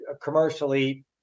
commercially